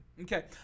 Okay